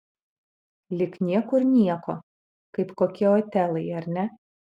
lyg niekur nieko kaip kokie otelai ar ne